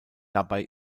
dabei